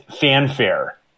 fanfare